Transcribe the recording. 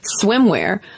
swimwear